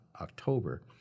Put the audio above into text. October